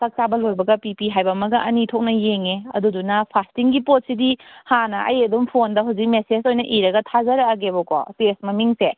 ꯆꯥꯛ ꯆꯥꯕ ꯂꯣꯏꯕꯒ ꯄꯤ ꯄꯤ ꯍꯥꯏꯕ ꯑꯃꯒ ꯑꯅꯤ ꯊꯣꯛꯅ ꯌꯦꯡꯉꯦ ꯑꯗꯨꯗꯨꯅ ꯐꯥꯁꯇꯤꯡꯒꯤ ꯄꯣꯠꯁꯤꯗꯤ ꯍꯥꯟꯅ ꯑꯩ ꯑꯗꯨꯝ ꯐꯣꯟꯗ ꯍꯧꯖꯤꯛ ꯃꯦꯁꯦꯖ ꯑꯣꯏꯅ ꯏꯔꯒ ꯊꯥꯖꯔꯛꯑꯒꯦꯕꯀꯣ ꯇꯦꯁ ꯃꯃꯤꯡꯁꯦ